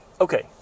Okay